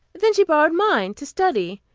then she borrowed mine, to study.